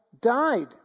died